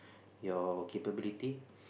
your capability